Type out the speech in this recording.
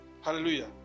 Hallelujah